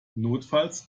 notfalls